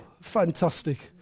Fantastic